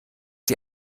sie